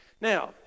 Now